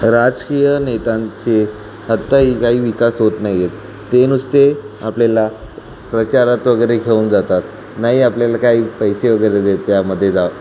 राजकीय नेत्यांचे आत्ताही काही विकास होत नाही आहेत ते नुसते आपल्याला प्रचारात वगैरे घेऊन जातात नाही आपल्याला काही पैसे वगैरे देत त्यामध्ये जाव